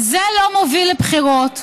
זה לא מוביל לבחירות.